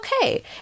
okay